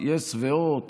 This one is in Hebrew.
יס והוט